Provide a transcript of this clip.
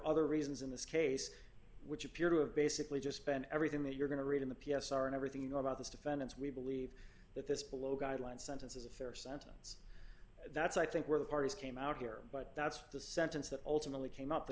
other reasons in this case which appear to have basically just spend everything that you're going to read in the p s r and everything you know about these defendants we believe that this below guideline sentence is a fair sentence that's i think where the parties came out here but that's the sentence that ultimately came up the